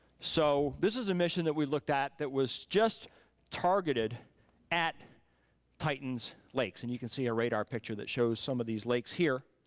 so this is a mission that we looked at that was just targeted at titan's lakes, and you can see our radar picture that shows some of these lakes here.